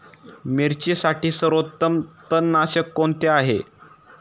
मिरचीसाठी सर्वोत्तम तणनाशक कोणते आहे?